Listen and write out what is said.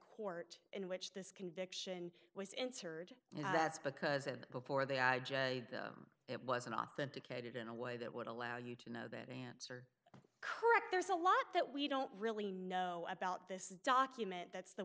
court in which this conviction was interred and that's because and before that it wasn't authenticated in a way that would allow you to know that answer correct there's a lot that we don't really know about this document that's the